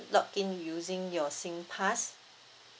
log in using your singpass